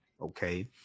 Okay